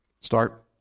Start